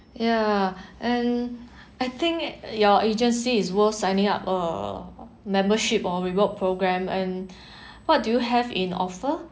ya and I think your agency is worth signing up for membership or reward programme and what do you have in offer